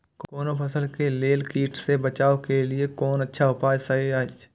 कोनो फसल के लेल कीट सँ बचाव के लेल कोन अच्छा उपाय सहि अछि?